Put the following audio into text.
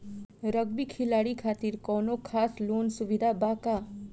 Rugby खिलाड़ी खातिर कौनो खास लोन सुविधा बा का?